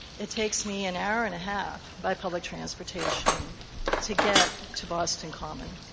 it takes me an hour and a half by public transportation to get to boston common.